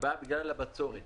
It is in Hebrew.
בא בגלל הבצורת